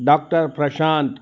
doctor Prashant